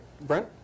Brent